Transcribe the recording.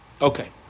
Okay